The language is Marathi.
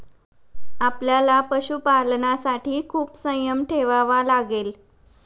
आपल्याला पशुपालनासाठी खूप संयम ठेवावा लागेल